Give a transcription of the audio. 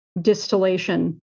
distillation